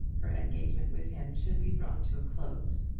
her engagement with him should be brought to a close.